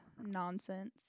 nonsense